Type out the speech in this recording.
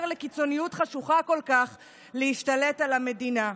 לקיצוניות חשוכה כל כך להשתלט על המדינה.